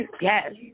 Yes